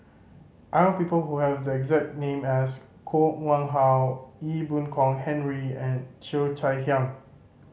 I know people who have the exact name as Koh Nguang How Ee Boon Kong Henry and Cheo Chai Hiang